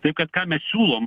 tai ką mes siūlom